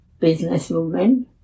businesswoman